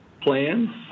plan